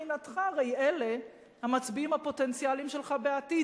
מבחינתך הרי אלה המצביעים הפוטנציאליים שלך בעתיד.